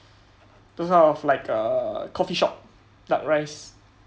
those kind of like uh coffee shop duck rice